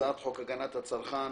הצעת חוק הגנת הצרכן